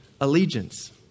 allegiance